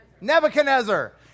Nebuchadnezzar